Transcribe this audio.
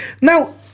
now